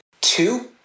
Two